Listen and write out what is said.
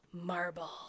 marble